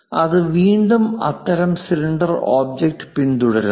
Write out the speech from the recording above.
അത് വീണ്ടും അത്തരം സിലിണ്ടർ ഒബ്ജക്റ്റ് പിന്തുടരുന്നു